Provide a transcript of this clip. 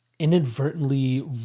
inadvertently